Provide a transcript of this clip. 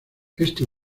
este